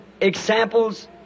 examples